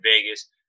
vegas